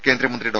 കേന്ദ്ര മന്ത്രി ഡോ